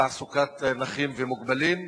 לתעסוקת נכים ומוגבלים,